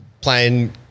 playing